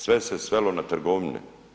Sve se svelo na trgovine.